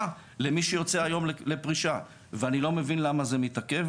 למי שיוצא היום לפרישה ואני לא מבין למה זה מתעכב,